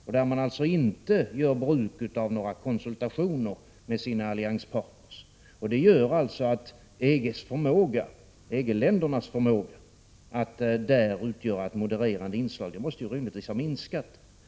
USA vill alltså inte göra bruk av några konsultationer med sina allianspartner. Det gör att EG-ländernas förmåga att utgöra ett modererande inslag rimligtvis måste ha minskat.